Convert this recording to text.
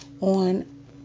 on